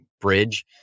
bridge